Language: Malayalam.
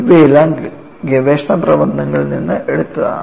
ഇവയെല്ലാം ഗവേഷണ പ്രബന്ധങ്ങളിൽ നിന്ന് എടുത്തതാണ്